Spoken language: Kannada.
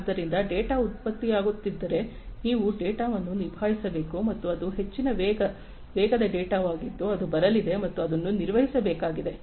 ಆದ್ದರಿಂದ ಡೇಟಾ ಉತ್ಪತ್ತಿಯಾಗುತ್ತಿದ್ದರೆ ನೀವು ಡೇಟಾವನ್ನು ನಿಭಾಯಿಸಬೇಕು ಮತ್ತು ಇದು ಹೆಚ್ಚಿನ ವೇಗದ ಡೇಟಾವಾಗಿದ್ದು ಅದು ಬರಲಿದೆ ಮತ್ತು ಅದನ್ನು ನಿರ್ವಹಿಸಬೇಕಾಗಿದೆ